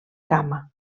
gamma